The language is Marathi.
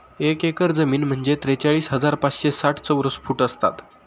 एक एकर जमीन म्हणजे त्रेचाळीस हजार पाचशे साठ चौरस फूट असतात